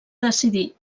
decidir